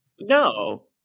No